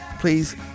please